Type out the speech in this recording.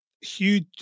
huge